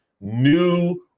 new